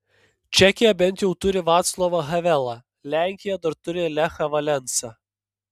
čekija bent jau turi vaclovą havelą lenkija dar turi lechą valensą